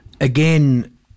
again